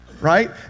right